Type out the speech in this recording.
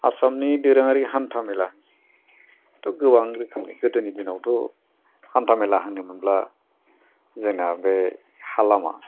आसामनि दोरोङारि हान्था मेलाथ' गोबां रोखोमनि गोदोनि दिनावथ' हान्था मेला होनोमोनब्ला जोंना बे हा लामा